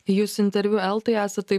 jūs interviu eltai esat taip